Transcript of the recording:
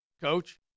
coach